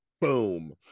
Boom